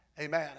Amen